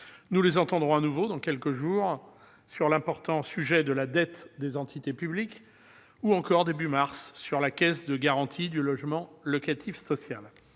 Nous les entendrons de nouveau dans quelques jours sur l'important sujet de la dette des entités publiques ou encore, au début du mois de mars, sur la Caisse de garantie du logement locatif social.